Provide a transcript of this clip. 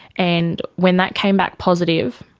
and when that came back positive,